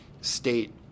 state